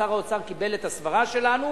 שר האוצר קיבל את הסברה שלנו,